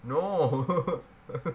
no